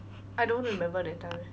I don't remember that time